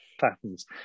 patterns